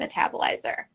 metabolizer